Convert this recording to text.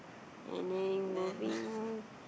and then moving